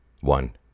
One